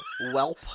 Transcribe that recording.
Welp